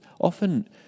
often